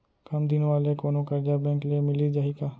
कम दिन वाले कोनो करजा बैंक ले मिलिस जाही का?